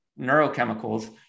neurochemicals